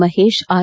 Mahesh R